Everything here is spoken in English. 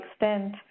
extent –